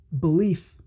belief